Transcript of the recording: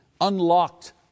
unlocked